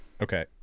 Okay